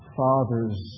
fathers